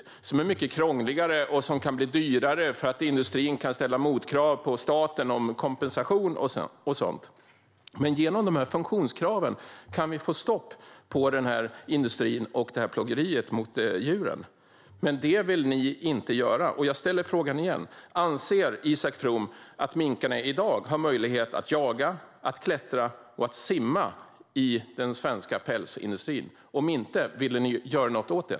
Näringsförbud är mycket krångligare och kan bli dyrare eftersom industrin kan ställa motkrav på kompensation från staten. Genom funktionskrav kan vi få stopp på denna industri och djurplågeriet, men ni vill inte det. Jag frågar igen: Anser Isak From att minkarna i dagens svenska pälsindustri har möjlighet att jaga, klättra och simma? Om inte, vill ni göra något åt det?